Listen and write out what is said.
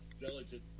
delicate